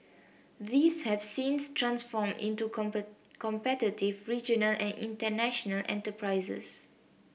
these have since transformed into competitive regional and international enterprises